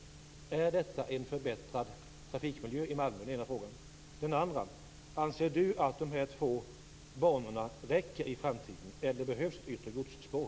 Är detta en förbättrad trafikmiljö i Malmö? Anser Sten Andersson att de två banorna räcker i framtiden? Eller behövs det ett yttre godsspår?